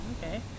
Okay